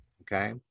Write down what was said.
okay